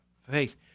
Faith